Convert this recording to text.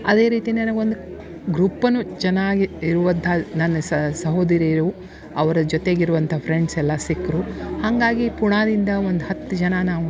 ಅದೇ ರೀತಿ ನನಗೆ ಒಂದು ಗ್ರೂಪ್ಪನ್ನು ಚೆನ್ನಾಗಿ ಇರುವಂಥಾ ನನ್ನ ಸಹೋದರಿಯರು ಅವರ ಜೊತೆಗಿರುವಂಥಾ ಫ್ರೆಂಡ್ಸ್ ಎಲ್ಲಾ ಸಿಕ್ಕರು ಹಾಗಾಗಿ ಪೂಣಾದಿಂದ ಒಂದು ಹತ್ತು ಜನ ನಾವು